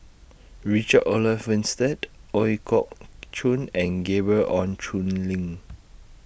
Richard Olaf Winstedt Ooi Kok Chuen and Gabriel Oon Chong Lin